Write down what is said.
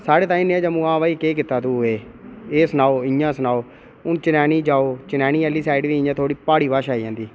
साढ़े ताहीं जम्मुआं केह् कीता तू एह् सनाओ इयां सनाओ हून चनैनी जाओ चनैनी आह्ली साइड इ'यां थोह्ड़ी प्हाड़ी भाशा आई जंदी